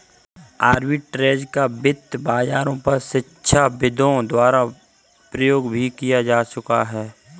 arbitrage का वित्त बाजारों पर शिक्षाविदों द्वारा प्रयोग भी किया जा चुका है